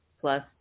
Plus